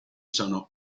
sono